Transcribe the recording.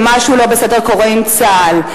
שמשהו לא בסדר קורה עם צה"ל.